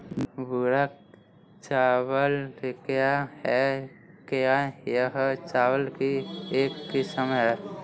भूरा चावल क्या है? क्या यह चावल की एक किस्म है?